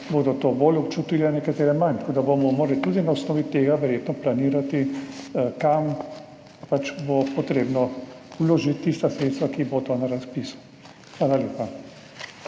to bolj občutile, nekatere manj, tako da bomo morali tudi na osnovi tega verjetno planirati, kam bo treba vložiti tista sredstva, ki bodo na razpisu. Hvala lepa.